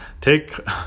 take